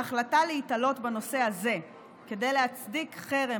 ההחלטה להיתלות בנושא הזה כדי להצדיק חרם